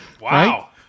Wow